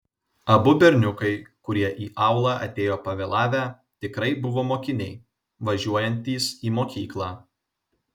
abu berniukai kurie į aulą atėjo pavėlavę tikrai buvo mokiniai važiuojantys į mokyklą